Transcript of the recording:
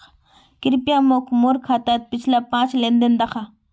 कृप्या मोक मोर खातात पिछला पाँच लेन देन दखा